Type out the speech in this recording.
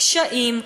קשיים,